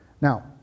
Now